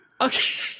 Okay